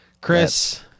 Chris